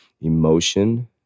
Emotion